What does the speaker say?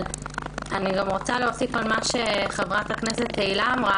אני גם רוצה להוסיף על מה שאמרה חברת הכנסת תהלה פרידמן,